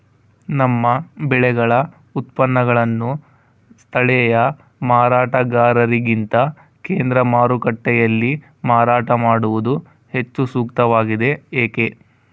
ನಮ್ಮ ಬೆಳೆಗಳ ಉತ್ಪನ್ನಗಳನ್ನು ಸ್ಥಳೇಯ ಮಾರಾಟಗಾರರಿಗಿಂತ ಕೇಂದ್ರ ಮಾರುಕಟ್ಟೆಯಲ್ಲಿ ಮಾರಾಟ ಮಾಡುವುದು ಹೆಚ್ಚು ಸೂಕ್ತವಾಗಿದೆ, ಏಕೆ?